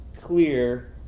clear